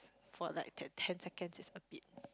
for like ten ten seconds is a bit